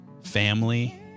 family